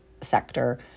sector